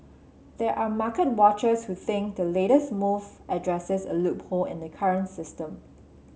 there are market watchers who think the latest move addresses a loophole in the current system